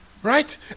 Right